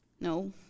No